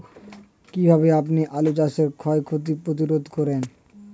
কীভাবে আপনি আলু চাষের ক্ষয় ক্ষতি প্রতিরোধ করেন?